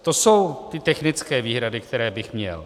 To jsou ty technické výhrady, které bych měl.